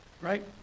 Right